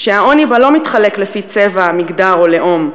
שהעוני בה לא מתחלק לפי צבע, מגדר או לאום.